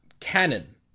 canon